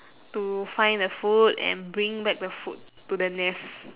to find the food and bring back the food to the nest